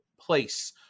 place